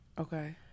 Okay